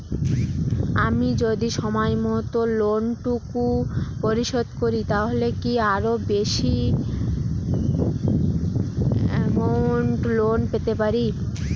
আমি যদি সময় মত লোন টুকু পরিশোধ করি তাহলে কি আরো বেশি আমৌন্ট লোন পেতে পাড়ি?